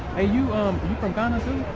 ah you from ghana too?